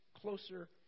closer